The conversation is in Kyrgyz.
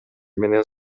менен